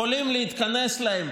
יכולים להתכנס להם